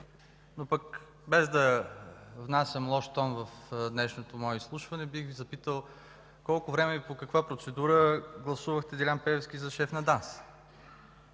от упрека. Без да внасям лош тон в днешното мое изслушване бих Ви запитал колко време и по каква процедура гласувахте Делян Пеевски за шеф на ДАНС.